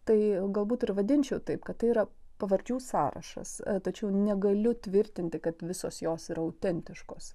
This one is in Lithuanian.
tai galbūt ir vadinčiau taip kad tai yra pavardžių sąrašas tačiau negaliu tvirtinti kad visos jos yra autentiškos